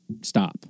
stop